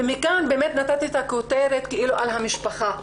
ומכאן באמת נתתי את הכותרת כאילו על המשפחה.